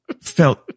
felt